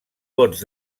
vots